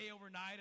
overnight